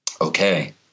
okay